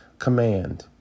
Command